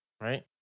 right